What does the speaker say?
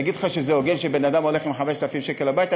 להגיד לך שזה הוגן שבן-אדם הולך עם 5,000 שקל הביתה?